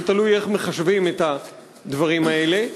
זה תלוי איך מחשבים את הדברים האלה.